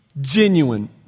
genuine